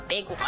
Big